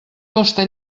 costa